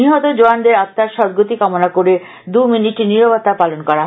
নিহত জওয়ানদের আত্মার সদগতি কামনা করে দুই মিনিট নীরবতা পালন করা হয়